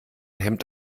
hemd